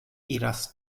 iras